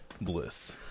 Bliss